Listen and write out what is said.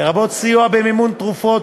לרבות סיוע במימון תרופות,